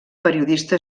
periodista